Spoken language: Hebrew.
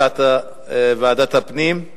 הצעת ועדת הפנים.